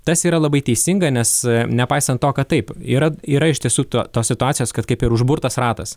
tas yra labai teisinga nes nepaisant to kad taip yra yra iš tiesų tuo tos situacijos kad kaip ir užburtas ratas